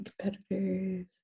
competitors